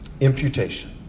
Imputation